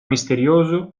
misterioso